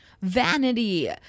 vanity